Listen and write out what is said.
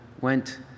went